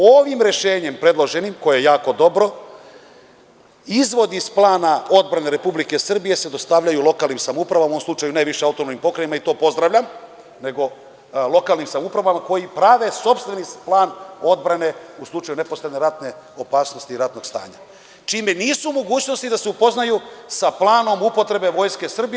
Ovim predloženim rešenjem koje je jako dobro izvod iz plana odbrane Republike Srbije se dostavljaju lokalnim samoupravama u slučaju, a ne više autonomnim pokrajinama i to pozdravljam, nego lokalnim samoupravama koji prave sopstveni plan odbrane u slučaju neposredne ratne opasnosti i ratnog stanja čime nisu u mogućnosti da se upoznaju sa planom upotrebe Vojske Srbije.